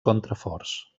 contraforts